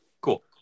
Cool